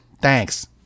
Thanks